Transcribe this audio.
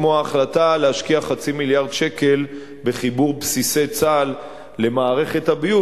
כמו ההחלטה להשקיע חצי מיליארד שקל בחיבור בסיסי צה"ל למערכת הביוב,